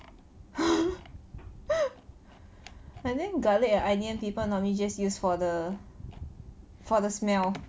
I think garlic and onion people normally just use for the for the smell